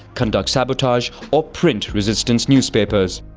conduct sabotage or print resistance newspapers.